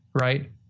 right